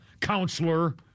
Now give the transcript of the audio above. counselor